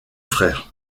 frères